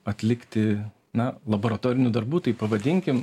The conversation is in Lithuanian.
atlikti na laboratorinių darbų taip pavadinkim